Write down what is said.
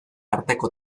arteko